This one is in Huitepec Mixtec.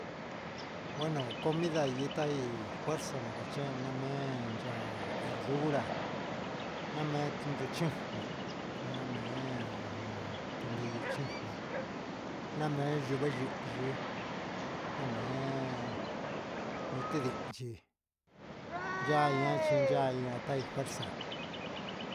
Nameen yihɨ a namee azuca cuñu yu ndahvi cuchi ia oia a jucui cuhe ji chi un nun idea gunamee chindo candi ian grasa ye ian ñi nde cuee lu ndu ja guida yee cuu vasi alegirca alergia alimentaria